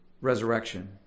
resurrection